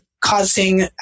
causing